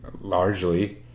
largely